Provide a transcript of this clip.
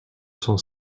son